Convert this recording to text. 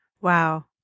Wow